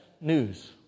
news